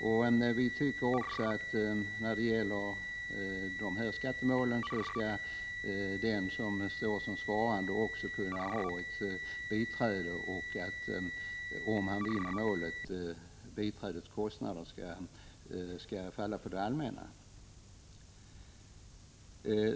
Också i skattemål skall enligt vår mening den som står som svarande kunna ha ett biträde, och om svaranden vinner målet, skall biträdets kostnader falla på det allmänna.